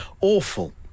Awful